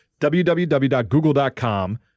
www.google.com